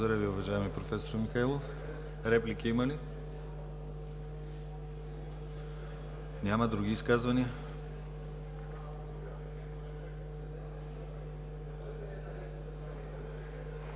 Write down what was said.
Благодаря Ви, уважаеми професор Михайлов. Реплики има ли? Няма. Други изказвания?